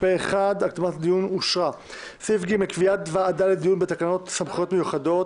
הצבעה בעד הצעת הממשלה